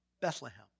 Bethlehem